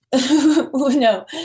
No